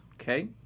Okay